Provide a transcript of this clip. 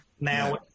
now